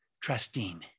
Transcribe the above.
trusting